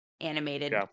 animated